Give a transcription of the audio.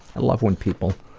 i love when people